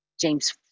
James